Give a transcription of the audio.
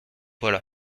poids